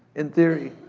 in theory,